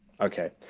Okay